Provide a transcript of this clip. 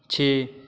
ਛੇ